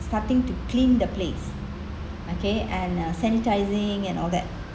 starting to clean the place okay and uh sanitising and all that